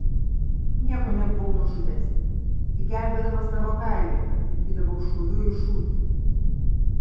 nieko nebuvau nužudęs tik gelbėdamas savo kailį atsakydavau šūviu į šūvį